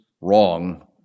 wrong